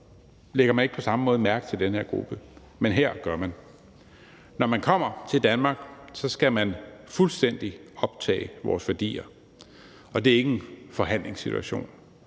lægges der ikke på samme måde mærke til den her gruppe. Men det gør der her. Når man kommer til Danmark, skal man fuldstændig optage vores værdier, og det er ikke en forhandlingssituation.